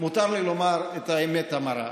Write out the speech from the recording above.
מותר לי לומר את האמת המרה.